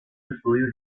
estudios